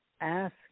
ask